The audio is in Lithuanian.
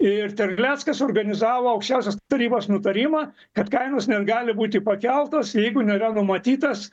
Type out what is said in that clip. ir terleckas organizavo aukščiausios tarybos nutarimą kad kainos negali būti pakeltos jeigu nėra numatytas